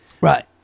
Right